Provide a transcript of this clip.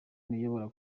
uyobora